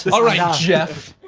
all right ah jeff.